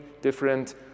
different